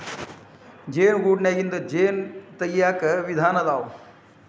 ಜೇನು ಗೂಡನ್ಯಾಗಿಂದ ಜೇನ ತಗಿಯಾಕ ವಿಧಾನಾ ಅದಾವ